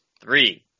Three